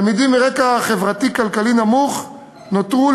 הישגי תלמידים מרקע חברתי-כלכלי נמוך נותרו